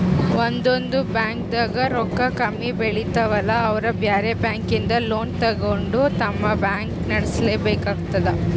ಒಂದೊಂದ್ ಬ್ಯಾಂಕ್ದಾಗ್ ರೊಕ್ಕ ಕಮ್ಮಿ ಬೀಳ್ತಾವಲಾ ಅವ್ರ್ ಬ್ಯಾರೆ ಬ್ಯಾಂಕಿಂದ್ ಲೋನ್ ತಗೊಂಡ್ ತಮ್ ಬ್ಯಾಂಕ್ ನಡ್ಸಲೆಬೇಕಾತದ್